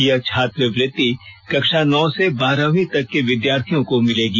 यह छात्रवृति कक्षा नौ से बारहवीं तक के विद्यार्थियों को मिलेगी